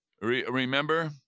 Remember